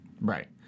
Right